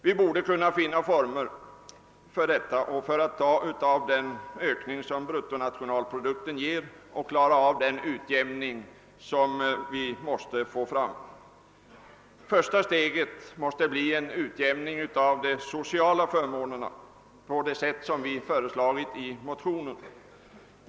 Vi borde kunna finna former härför genom att ta av bruttonationalproduktens ökning. Första steget måste bli en utjämning av de sociala förmånerna på det sätt som vi har föreslagit i motionerna.